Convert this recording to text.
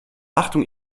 achtung